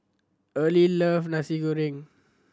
Early love Nasi Goreng